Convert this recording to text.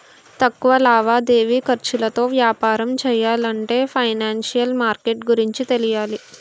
తక్కువ లావాదేవీ ఖర్చులతో వ్యాపారం చెయ్యాలంటే ఫైనాన్సిషియల్ మార్కెట్ గురించి తెలియాలి